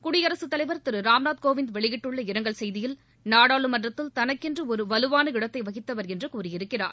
குடியரசுத் தலைவா் திரு ராம்நாத்கோவிந்த் வெளியிட்டுள்ள இரங்கல் செய்தியில் நாடாளுமன்றத்தில் தனக்கென்று ஒரு வலுவான இடத்தை வகித்தவர் என்று கூறியிருக்கிறார்